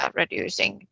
reducing